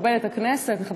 ואת הכנסת, אדוני.